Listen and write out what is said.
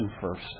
first